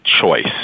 choice